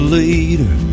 later